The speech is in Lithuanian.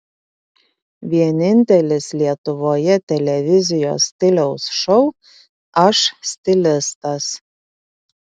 vienintelis lietuvoje televizijos stiliaus šou aš stilistas